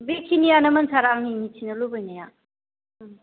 बे खिनियानोमोन सार आंनि मोनथिनो लुबैनाया